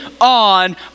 on